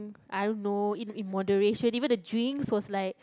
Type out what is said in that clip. I don't know in in moderation even the drinks was like